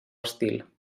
estil